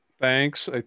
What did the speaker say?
Thanks